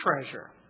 treasure